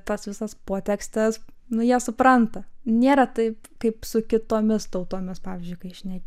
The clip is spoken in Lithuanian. tas visas potekstes nu jie supranta nėra taip kaip su kitomis tautomis pavyzdžiui kai šneki